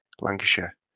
Lancashire